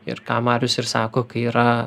ir ką marius ir sako kai yra